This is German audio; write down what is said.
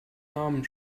namen